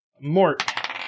Mort